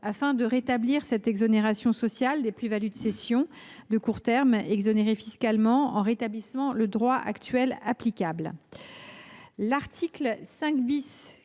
afin de rétablir cette exonération sociale des plus values de cession à court terme exonérées fiscalement, en rétablissant le droit actuellement applicable. L’article 5 ,